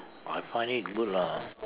I find it good lah